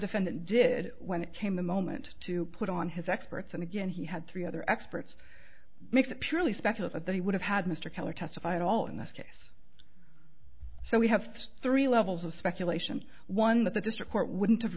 defendant did when it came the moment to put on his experts and again he had three other experts makes it purely speculative that he would have had mr keller testify at all in this case so we have three levels of speculation one that the district court wouldn't have